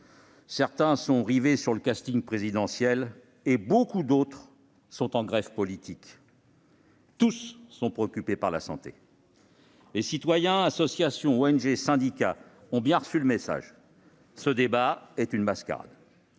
ont les yeux rivés sur le casting présidentiel, beaucoup d'autres sont en grève politique. Tous sont préoccupés par la santé. Citoyens, associations, ONG, syndicats ont bien reçu le message : ce débat est une mascarade.